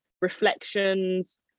reflections